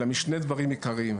אלא משני דברים עיקריים,